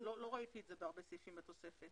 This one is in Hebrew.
לא ראיתי את זה בהרבה סעיפים בתוספת